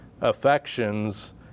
affections